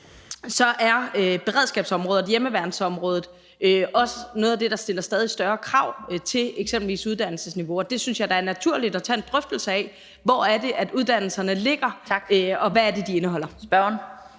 så er beredskabsområdet og hjemmeværnsområdet også noget af det, der stiller stadig større krav til eksempelvis uddannelsesniveau, og der synes jeg da, det er naturligt at tage en drøftelse af, hvor det er, uddannelserne ligger, og hvad det er, de indeholder. Kl.